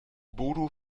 bodo